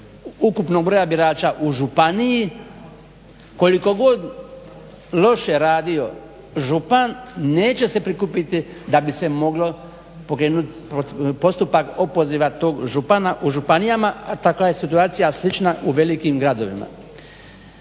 ukupnog birača u županiji koliko god loše radio župan neće se prikupiti da bi se moglo pokrenut postupak opoziva tog župana u županijama a takva je situacija slična u velikim gradovima.